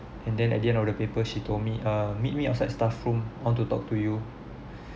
and then at the end of the paper she told me err meet me outside staff room want to talk to you